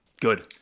Good